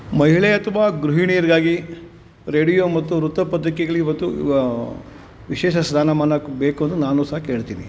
ಮಹಿಳೆ ಅಥವಾ ಗೃಹಿಣಿಯರಿಗಾಗಿ ರೇಡಿಯೊ ಮತ್ತು ವೃತ್ತಪತ್ರಿಕೆಗ್ಳು ಇವತ್ತು ವಿಶೇಷ ಸ್ಥಾನಮಾನ ಕ್ ಬೇಕು ಅಂದ್ರೂ ನಾನು ಸಹ ಕೇಳ್ತೀನಿ